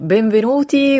Benvenuti